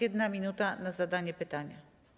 1 minuta na zadanie pytania.